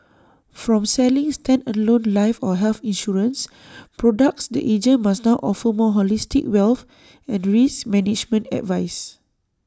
from selling standalone life or health insurance products the agent must now offer more holistic wealth and risk management advice